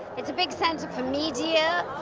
it's a big center for media,